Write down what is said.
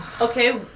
Okay